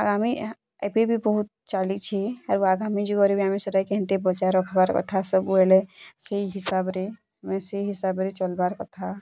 ଆମେ ଏହା ଏବେ ବି ବହୁତ୍ ଚାଲିଛି ଆରୁ ଆଗାମୀ ଯୁଗରେ ବି ଆମେ ସେଟାକେ ହେନ୍ତି ବଜାୟ ରଖ୍ବାର୍ କଥା ସବୁବେଲେ ସେଇ ହିସାବରେ ଆମେ ସେଇ ହିସାବରେ ଚଲ୍ବାର୍ କଥା